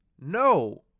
No